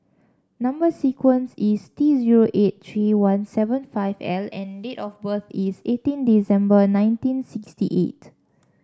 number sequence is T zero eight three one seven five L and date of birth is eighteen December nineteen sixty eight